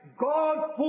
God